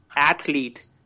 athlete